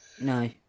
No